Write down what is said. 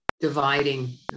dividing